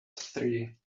three